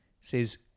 says